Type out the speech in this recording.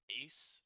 ace